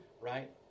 right